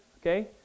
okay